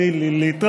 טרי לי לי,